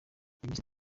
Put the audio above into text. yagize